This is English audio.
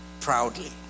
proudly